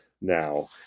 now